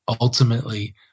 ultimately